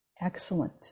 excellent